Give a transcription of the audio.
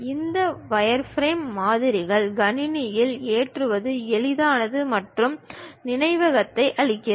இந்த வயர்ஃப்ரேம் மாதிரிகள் கணினியில் ஏற்றுவது எளிதானது மற்றும் நினைவகத்தையும் அழிக்கிறது